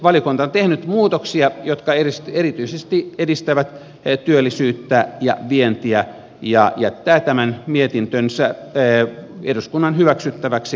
valiokunta on tehnyt muutoksia jotka erityisesti edistävät työllisyyttä ja vientiä ja jättää tämän mietintönsä eduskunnan hyväksyttäväksi